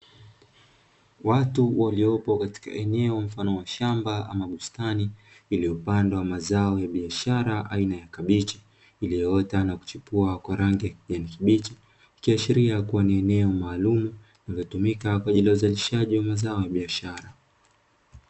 Watu waliopo katika eneo mfano wa shamba ama bustani lililopandwa mazao ya biashara aina ya kabichi, iliyoota na kuchipua kwa rangi ya kijani kibichi ikiashiria kuwa ni eneo maalumu linalotumika kwa ajili ya uzalishaji wa mazao ya biashara.